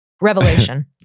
Revelation